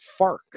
FARC